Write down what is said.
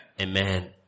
Amen